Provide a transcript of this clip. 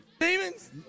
Demons